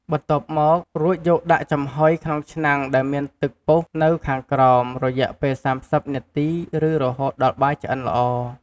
បន្ទាប់មក រួចយកដាក់ចំហុយក្នុងឆ្នាំងដែលមានទឹកពុះនៅខាងក្រោម រយៈពេល៣០នាទីឬរហូតដល់បាយឆ្អិនល្អ។